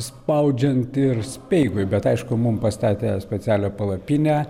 spaudžiant ir speigui bet aišku mum pastatė specialią palapinę